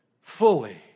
fully